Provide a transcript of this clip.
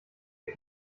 der